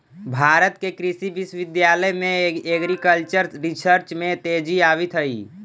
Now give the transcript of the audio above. भारत के कृषि विश्वविद्यालय में एग्रीकल्चरल रिसर्च में तेजी आवित हइ